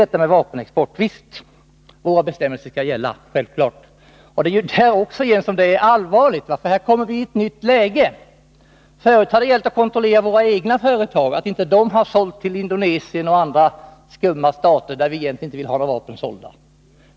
Sedan till vapenexporten. Visst skall våra bestämmelser gälla — det är självklart. Också här är det allvarligt, för vi kommer nu i ett nytt läge. Förut har det gällt att kontrollera våra egna företag, så att de inte skulle sälja till Indonesien och andra skumma stater dit vi egentligen inte vill sälja några vapen.